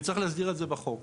וצריך להסדיר את זה בחוק.